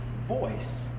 voice